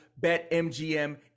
BetMGM